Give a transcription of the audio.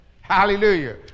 Hallelujah